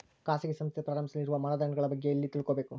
ಖಾಸಗಿ ಸಂಸ್ಥೆ ಪ್ರಾರಂಭಿಸಲು ಇರುವ ಮಾನದಂಡಗಳ ಬಗ್ಗೆ ಎಲ್ಲಿ ತಿಳ್ಕೊಬೇಕು?